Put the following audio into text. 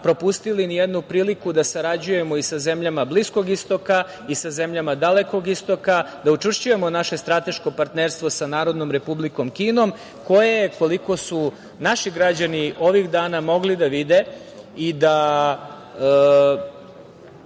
propustili ni jednu priliku da sarađujemo i sa zemljama Bliskog istoka i sa zemljama Dalekog istoka, da učvršćujemo naše strateško partnerstvo sa Narodnom Republikom Kinom, koja je koliko su naši građani ovih dana mogli da vide i da